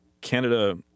Canada